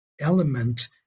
element